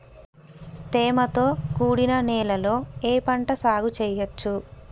తేమతో కూడిన నేలలో ఏ పంట సాగు చేయచ్చు?